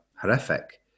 horrific